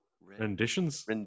renditions